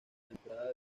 temporada